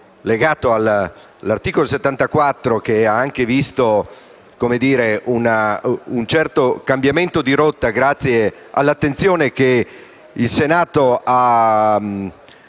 legato all'articolo 74, che ha portato a un certo cambiamento di rotta, grazie all'attenzione che il Senato ha